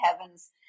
heavens